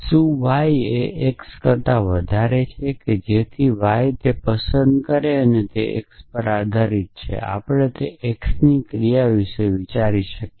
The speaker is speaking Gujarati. શું y એ x કરતા વધારે છે એ x પર આધારીત છે અને આપણે તેને xના ફંકશન તરીકે વિચારી શકીએ છીએ